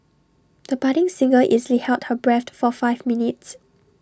the budding singer easily held her breath for five minutes